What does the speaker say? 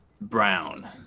brown